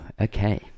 okay